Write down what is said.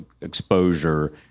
exposure